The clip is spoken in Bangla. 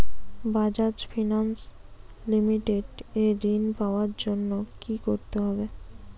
বাজাজ ফিনান্স লিমিটেড এ ঋন পাওয়ার জন্য কি করতে হবে?